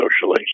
socially